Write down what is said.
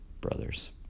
brothers